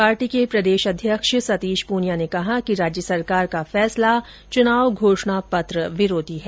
party के प्रदेश अध्यक्ष सतीश पूनिया ने कहा कि राज्य सरकार का फैसला चुनाव घोषणा पत्र विरोधी है